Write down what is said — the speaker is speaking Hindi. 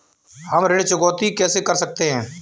हम ऋण चुकौती कैसे कर सकते हैं?